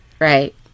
Right